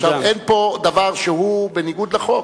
אין פה דבר שהוא בניגוד לחוק.